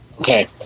okay